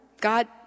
God